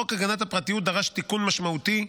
חוק הגנת הפרטיות דרש תיקון משמעותי,